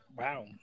wow